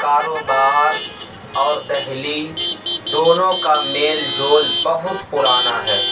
کاروبار اور دہلی دونوں کا میل جول بہت پرانا ہے